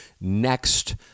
next